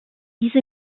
diese